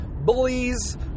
bullies